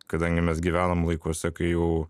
kadangi mes gyvenam laikuose kai jau